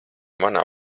manā